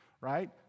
right